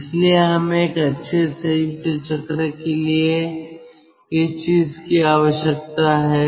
इसलिए हमें एक अच्छे संयुक्त चक्र के लिए किस चीज की आवश्यकता है